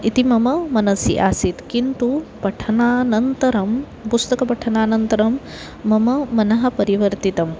इति मम मनसि आसीत् किन्तु पठनानन्तरं पुस्तकपठनानन्तरं मम मनः परिवर्तितम्